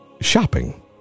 shopping